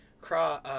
craw